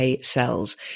cells